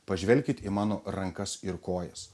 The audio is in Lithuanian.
pažvelkit į mano rankas ir kojas